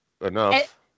enough